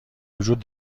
وجود